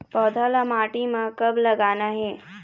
पौधा ला माटी म कब लगाना हे?